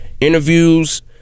Interviews